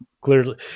clearly